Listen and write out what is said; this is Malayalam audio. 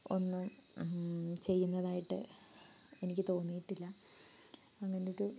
ഒന്നും ചെയ്യുന്നതായിട്ട് എനിക്ക് തോന്നിയിട്ടില്ല അങ്ങനൊരു